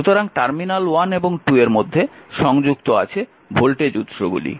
সুতরাং টার্মিনাল 1 এবং 2 এর মধ্যে সংযুক্ত আছে ভোল্টেজ উৎসগুলি